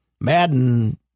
madden